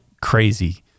crazy